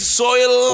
soil